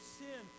sin